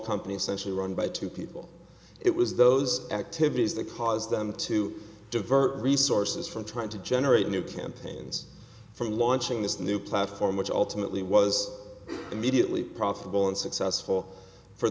company essentially run by two people it was those activities that caused them to divert resources from trying to generate new campaigns for launching this new platform which ultimately was immediately profitable and successful for